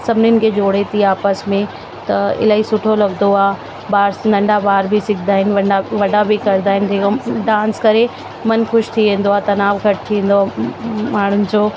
सभिनीनि खे जोड़े थी आपस में त इलाही सुठो लगंदो आहे ॿार नन्ढा ॿार बि सिखिंदा आहिनि त वॾा वॾा बि करिदा आहिनि दिमाग़ु डांस करे मन खुशि थी वेंदो आहे तनाव घटि थी वेंदो आहे माण्हूनि जो